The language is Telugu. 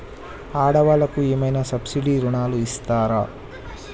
ఆడ వాళ్ళకు ఏమైనా సబ్సిడీ రుణాలు ఇస్తారా?